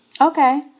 Okay